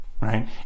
right